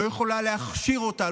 לא יכולה להכשיר אותה,